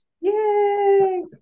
Yay